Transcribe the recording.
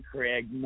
Craig